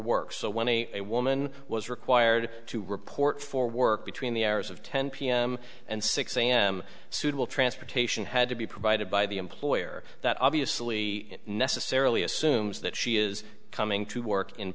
work so when a woman was required to report for work between the hours of ten pm and six am suitable transportation had to be provided by the employer that obviously necessarily assumes that she is coming to work in